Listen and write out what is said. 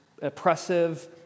oppressive